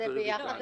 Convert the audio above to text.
זה דיון